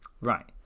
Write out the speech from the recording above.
Right